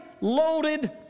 loaded